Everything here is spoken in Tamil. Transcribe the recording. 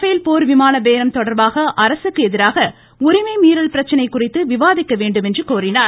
பேல் போர் விமான பேரம் தொடா்பாக அரசுக்கு எதிராக உரிமை மீறல் பிரச்சனை குறித்து விவாதிக்க வேண்டும் என்று கோரினார்